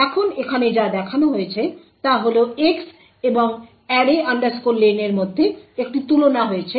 এখন এখানে যা দেখানো হয়েছে তা হল X এবং array len এর মধ্যে একটি তুলনা হয়েছে